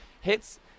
hits